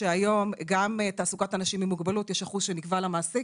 שגם היום גם תעסוקת אנשים עם מוגבלות יש אחוז שנקבע למעסיק